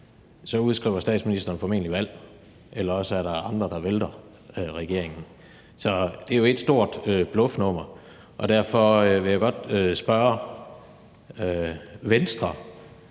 så udskriver statsministeren formentlig valg, eller også er der andre, der vælter regeringen. Så det er jo ét stort bluffnummer, og derfor vil jeg godt spørge Venstre,